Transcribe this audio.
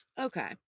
okay